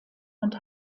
und